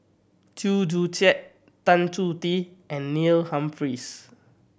Chew Joo Chiat Tan Chong Tee and Neil Humphreys